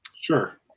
Sure